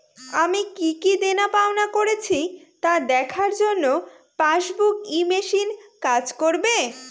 আমি কি কি দেনাপাওনা করেছি তা দেখার জন্য পাসবুক ই মেশিন কাজ করবে?